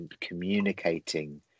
communicating